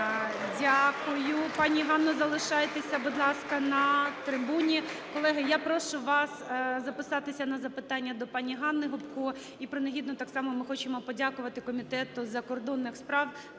Дякую. Пані Ганно залишайтеся, будь ласка, на трибуні. Колеги, я прошу вас записатися на запитання до пані Ганни Гопко. І принагідно так само ми хочемо подякувати Комітету з закордонних справ